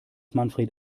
manfred